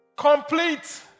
Complete